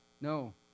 No